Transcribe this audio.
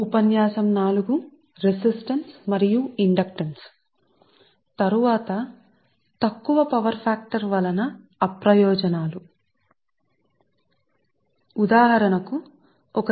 కాబట్టి తరువాత ది తక్కువ పవర్ ఫాక్టర్ వలన అప్రయోజనాలు కాబట్టి అప్రయోజనాలు ఏమిటి